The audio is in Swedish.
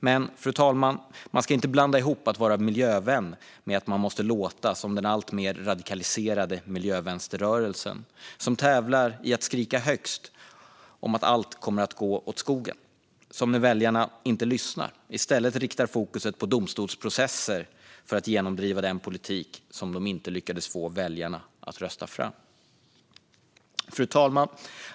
Men, fru talman, man ska inte blanda ihop att vara miljövän med att man måste låta som den alltmer radikaliserade miljövänsterrörelsen som tävlar i att skrika högst om att allt kommer att gå åt skogen och som när väljarna inte lyssnar i stället riktar fokus på domstolsprocesser för att genomdriva den politik som de inte lyckades få väljarna att rösta fram. Fru talman!